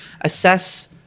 assess